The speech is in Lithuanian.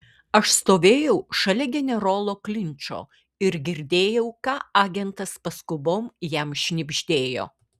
aš stovėjau šalia generolo klinčo ir girdėjau ką agentas paskubom jam šnibždėjo